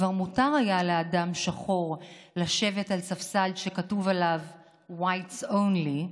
כבר מותר היה לאדם שחור לשבת על ספסל שכתוב עליו Whites Only,